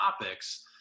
topics